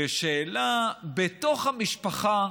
בשאלה בתוך המשפחה.